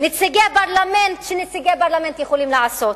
שנציגי פרלמנט יכולים לעשות,